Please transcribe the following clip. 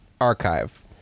archive